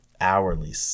hourly